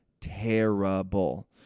terrible